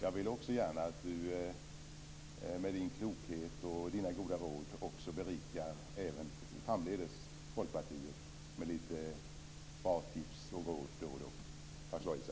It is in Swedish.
Jag vill gärna att du även framdeles berikar Folkpartiet med din klokhet, goda råd och bra tips. Tack skall du ha, Isa.